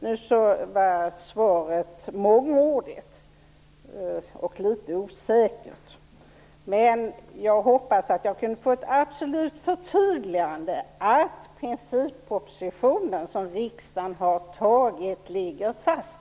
Nu var svaret mångordigt och litet osäkert, men jag hoppas att jag kan få ett absolut förtydligande om att den principproposition som riksdagen har tagit ligger fast.